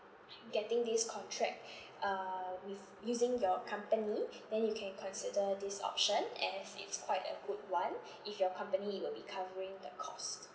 getting this contract uh with using your company then you can consider this option and it's quite a good one if your company will be covering the cost